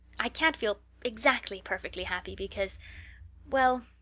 i can't feel exactly perfectly happy because well,